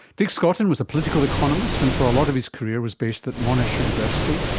dick scotton was a political economist, and for a lot of his career was based at monash university,